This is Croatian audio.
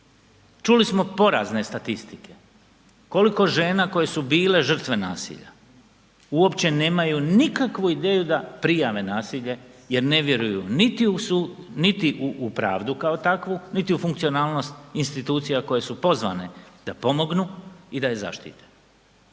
Čuli smo porazne statistike, koliko žena koje su bile žrtve nasilja uopće nemaju nikakvu ideju da prijave nasilje jer ne vjeruju niti u pravdu kao takvu, niti u funkcionalnost institucija koje su pozvane da pomognu i da je zaštite.